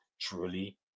truly